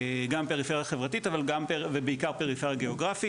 גם פריפריה חברתית ובעיקר פריפריה גאוגרפית,